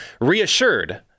reassured